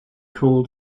call